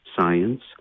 science